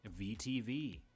VTV